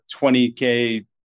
20k